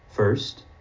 First